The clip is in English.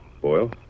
Boyle